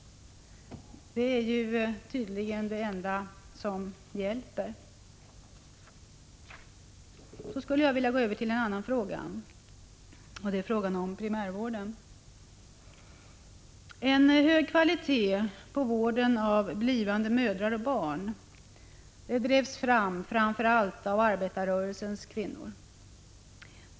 Det är ju tydligen det enda som hjälper. Så skulle jag vilja övergå till en annan fråga, nämligen primärvården. En hög kvalitet på vården av blivande mödrar och barn drevs fram av framför allt arbetarrörelsens kvinnor.